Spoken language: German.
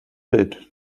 bild